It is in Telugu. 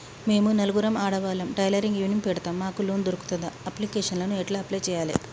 మేము నలుగురం ఆడవాళ్ళం టైలరింగ్ యూనిట్ పెడతం మాకు లోన్ దొర్కుతదా? అప్లికేషన్లను ఎట్ల అప్లయ్ చేయాలే?